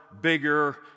bigger